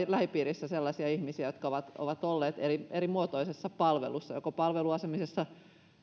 lähipiirissä sellaisia ihmisiä jotka ovat ovat olleet erimuotoisissa palveluissa joko palveluasumisessa